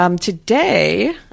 Today